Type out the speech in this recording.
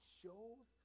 shows